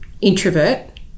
Introvert